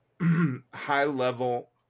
high-level